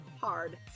Hard